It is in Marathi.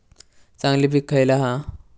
चांगली पीक खयला हा?